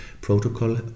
protocol